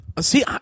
See